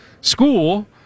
school